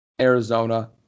Arizona